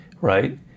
right